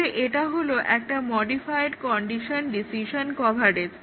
তাহলে এটা হলো একটা মডিফাইড কন্ডিশন ডিসিশন কভারেজ